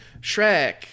Shrek